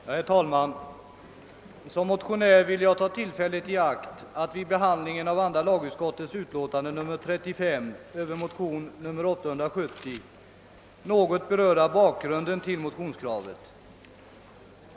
Herr talman! Som motionär vill jag ta tillfället i akt att vid behandlingen av andra lagutskottets utlåtande nr 35 över motionen II: 870 något beröra bakgrunden till motionskravet.